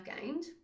gained